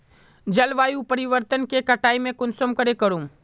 जलवायु परिवर्तन के कटाई में कुंसम करे करूम?